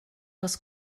das